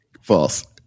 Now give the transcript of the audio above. False